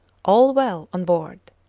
all well on board.